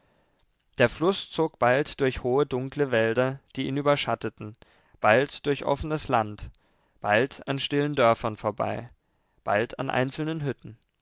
der fluß zog bald durch hohe dunkle wälder die ihn überschatteten bald durch offenes land bald an stillen dörfern vorbei bald an einzelnen hütten